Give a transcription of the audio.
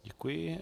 Děkuji.